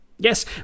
Yes